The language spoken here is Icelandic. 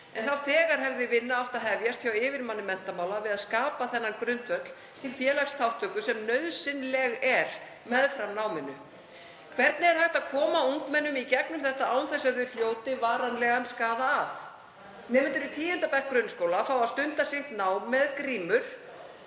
En þá þegar hefði vinna átt að hefjast hjá yfirmanni menntamála við að skapa þennan grundvöll til félagsþátttöku sem nauðsynlegur er meðfram náminu. Hvernig er hægt að koma ungmennum í gegnum þetta án þess að þau hljóti varanlegan skaða af? Nemendur í tíunda bekk grunnskóla fá að stunda sitt nám með grímur